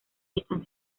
están